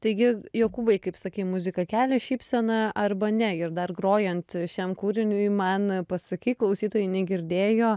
taigi jokūbai kaip sakei muzika kelia šypseną arba ne ir dar grojant šiam kūriniui man pasakei klausytojai negirdėjo